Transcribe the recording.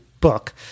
book